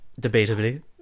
Debatably